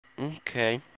Okay